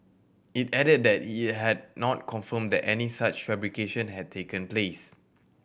it added that it had not confirmed that any such fabrication had taken place